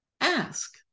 Ask